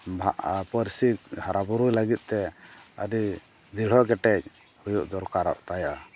ᱯᱟᱹᱨᱥᱤ ᱦᱟᱨᱟᱵᱩᱨᱩᱭ ᱞᱟᱹᱜᱤᱫᱛᱮ ᱟᱹᱰᱤ ᱫᱤᱲᱦᱚ ᱠᱮᱴᱮᱡᱽ ᱦᱩᱭᱩᱜ ᱫᱚᱨᱠᱟᱨᱚᱜ ᱛᱟᱭᱟ